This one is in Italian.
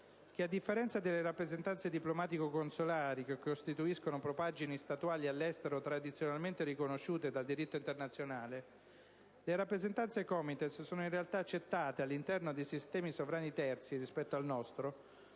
che, a differenza delle rappresentanze diplomatico-consolari che costituiscono propaggini statuali all'estero tradizionalmente riconosciute dal diritto internazionale, le rappresentanze COMITES sono in realtà accettate all'interno di sistemi sovrani terzi rispetto al nostro,